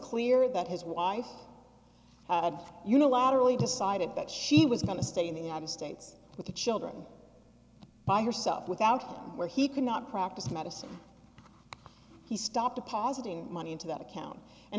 clear that his wife had unilaterally decided that she was going to stay in the united states with the children by herself without where he could not practice medicine he stopped positing money into that account and